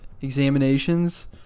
examinations